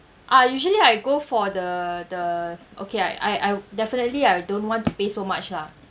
uh usually I go for the the okay I I I've definitely I don't want to pay so much lah